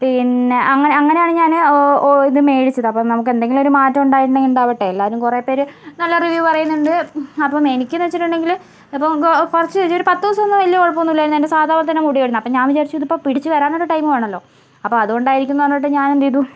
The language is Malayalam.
പിന്നെ അങ്ങനെ അങ്ങനെയാണ് ഞാന് ഓ ഓ ഇത് മേടിച്ചത് അപ്പം നമുക്കെന്തെങ്കിലും ഒരു മാറ്റം മാറ്റം ഉണ്ടായിട്ടുണ്ടെങ്കിൽ ഉണ്ടാവട്ടെ എല്ലാവരും കുറെ പേര് നല്ല റിവ്യൂ പറയുന്നൊണ്ട് അപ്പം എനിക്കെന്ന് വച്ചിട്ടുണ്ടെങ്കില് ഇപ്പോൾ കൊ കുറച്ച് ഒരു പത്ത് ദിവസമൊന്നും വലിയ കുഴപ്പമൊന്നും ഇല്ലായിരുന്നു എൻ്റെ സാധാ പോലത്തെ മുടിയായിരുന്നു അപ്പം ഞാൻ വിചാരിച്ചു ഇത് പിടിച്ച് വരാനുള്ള ടൈം വേണമല്ലോ അപ്പം അതുകൊണ്ടായിരിക്കുന്ന് പറഞ്ഞിട്ട് ഞാനെന്ത് ചെയ്തു